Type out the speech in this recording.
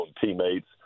teammates